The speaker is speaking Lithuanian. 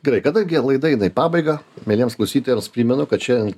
gerai kadangi laida eina į pabaigą mieliems klausytojams primenu kad šiandien